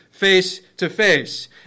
face-to-face